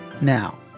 now